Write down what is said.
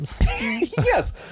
yes